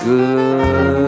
Good